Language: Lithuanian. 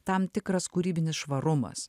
tam tikras kūrybinis švarumas